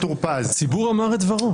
הציבור אמר את דברו.